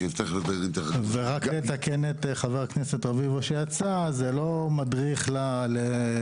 אני רק אתקן את חבר הכנסת רביבו: זה לא מדריך למשפחה